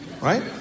right